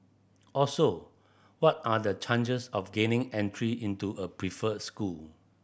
also what are the changes of gaining entry into a preferred school